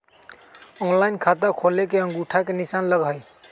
Online खाता खोले में अंगूठा के निशान लगहई?